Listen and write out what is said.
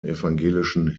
evangelischen